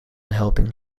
helping